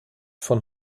von